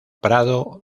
prado